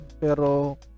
pero